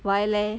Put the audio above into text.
why leh